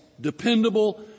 dependable